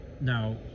Now